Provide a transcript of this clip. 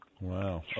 Wow